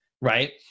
right